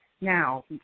Now